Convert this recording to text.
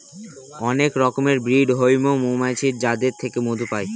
অনেক রকমের ব্রিড হৈমু মৌমাছির যাদের থেকে মধু পাই